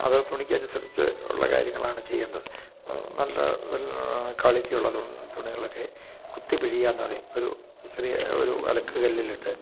അത് തുണിക്ക് അനുസരിച്ചു ഉള്ള കാര്യങ്ങളാണ് ചെയ്യേണ്ടത് നല്ല ക്വാളിറ്റിയുള്ള തുണികളൊക്കെ കുത്തി പിഴിയുക എന്നു പറയും ഒരു ചെറിയ ഒരു അലക്ക് കല്ലിൽ ഇട്ട്